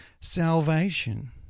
salvation